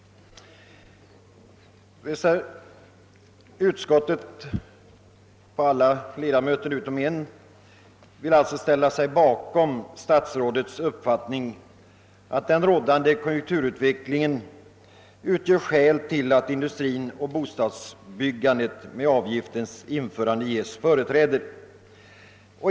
Alla ledamöter utom en i utskottet vill alltså ställa sig bakom statsrådets uppfattning att den rådande konjunkturutvecklingen motiverar att industribyggandet och bostadsbyggandet genom avgiftens införande ges företräde.